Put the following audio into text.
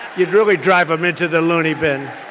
you'd really drive him into the loony bin,